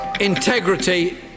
integrity